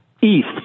east